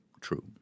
true